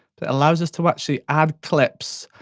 that allows us to actually add clips,